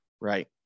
Right